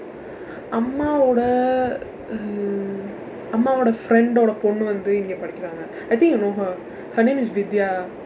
அம்மாவோட:ammaavooda err a அம்மாவோட:ammaavooda friend வோட பொண்ணு வந்து இங்க படிக்கிறாங்க:vooda ponnu vandthu ingka padikkiraangka I think you know her her name is vidya